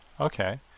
Okay